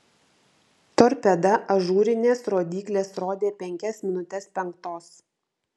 torpeda ažūrinės rodyklės rodė penkias minutes penktos